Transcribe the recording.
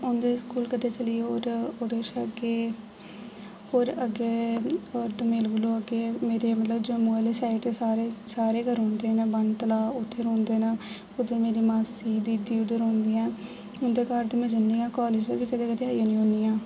उं'दे स्कूल कदें चली गे होर ओह्दे कशा अग्गें होर अग्गें होर दोमेल कोला अग्गें मेरे मतलब जम्मू आह्ली साइड ते सारे सारे गै रौह्ंदे न बन तलाऽ उद्धर रौह्ंदे न उद्धर मेरी मासी दीदी उद्धर रौह्ंदियां न उं'दे घर ते में जन्नी आं कॉलेज दा कदें कदें आई जन्नी होनी आं